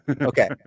Okay